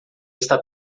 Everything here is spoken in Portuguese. está